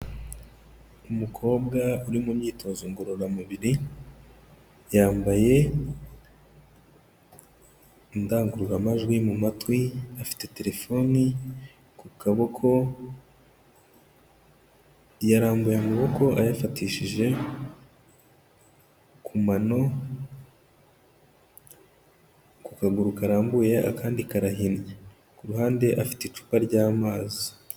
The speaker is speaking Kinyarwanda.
Umukobwa uri mu myitozo ngororamubiri, yambaye indangururamajwi mu matwi afite telefoni ku kaboko, yarambuye amaboko ayafarishije ku mano, ku kaguru karambuye akandi karahinnye. Kuruhande afite icupa ry'amazi.